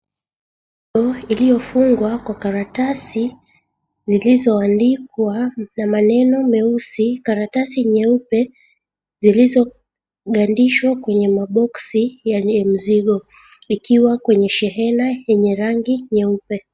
Ua iliyofungwa kwa karatasi zilizoandikwa na maneno meusi, karatasi nyeupe zilizo gandishwa kwenye maboxy yenye mizigo ikiwa kwenye shehena yenye rangi nyeupe.